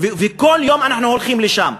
וכל יום אנחנו הולכים לשם.